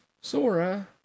Sora